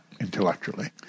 intellectually